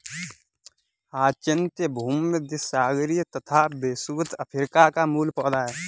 hyacinth भूमध्यसागरीय तथा विषुवत अफ्रीका का मूल पौधा है